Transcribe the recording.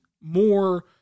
more